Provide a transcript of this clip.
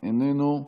איננו,